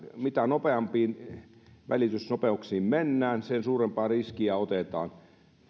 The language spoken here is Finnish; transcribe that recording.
mitä nopeampiin välitysnopeuksiin mennään sen suurempaa riskiä otetaan